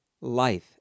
life